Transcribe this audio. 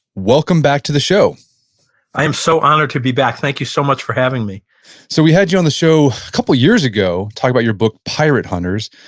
welcome back to the show i'm so honored to be back. thank you so much for having me so we had you on the show a couple years ago to talk about your book pirate hunters,